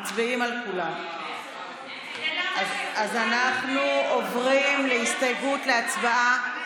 אז אנחנו עוברים להצבעה על הסתייגות,